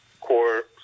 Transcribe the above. core